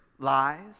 lies